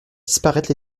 disparaître